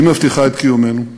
היא מבטיחה את קיומנו,